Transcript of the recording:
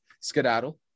skedaddle